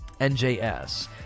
NJS